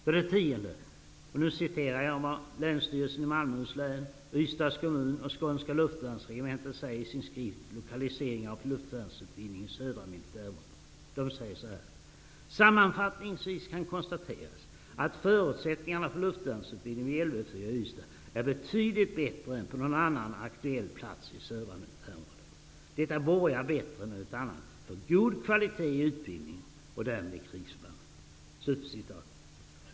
För det tionde: Jag skall nu citera vad Länsstyrelsen i Malmöhus län, Ystads kommun och Skånska luftvärnsregementet säger i sin skrift Lokalisering av luftvärnsutbildningen i Södra militärområdet: ''Sammanfattningsvis kan konstateras att förutsättningarna för luftvärnsutbildning vid Lv 4 i Ystad är betydligt bättre än på någon annan aktuell plats i Södra militärområdet. Detta borgar bättre än något annat för god kvalitet i utbildningen och därmed i krigsförbanden.''